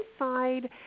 inside